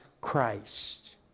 Christ